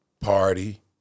party